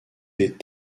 des